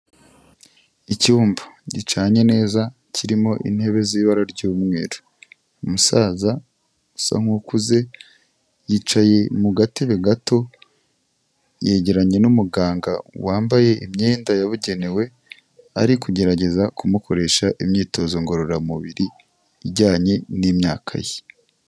Icyumba gicanye neza kirimo intebe z'ibara ry'umweru, umusaza usa nk'ukuze, yicaye mu gatebe gato, yegeranye n'umuganga wambaye imyenda yabugenewe, ari kugerageza kumukoresha imyitozo ngororamubiri ijyanye n'imyaka ye.